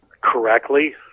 correctly